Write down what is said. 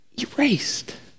Erased